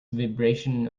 vibration